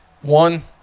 One